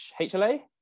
HLA